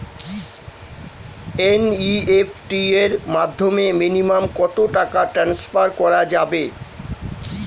NEFT এর মাধ্যমে minimum কত টাকা টান্সফার করা যাবে?